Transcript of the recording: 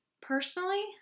Personally